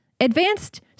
Advanced